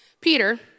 Peter